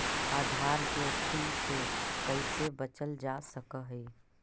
आधार जोखिम से कइसे बचल जा सकऽ हइ?